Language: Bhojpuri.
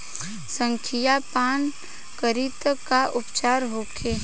संखिया पान करी त का उपचार होखे?